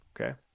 okay